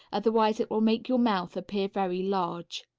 otherwise it will make your mouth appear very large.